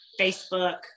Facebook